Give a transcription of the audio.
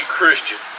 Christian